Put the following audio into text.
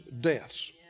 deaths